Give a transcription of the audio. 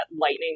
Lightning